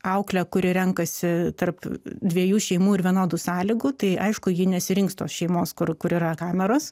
auklę kuri renkasi tarp dviejų šeimų ir vienodų sąlygų tai aišku ji nesirinks tos šeimos kur kur yra kameros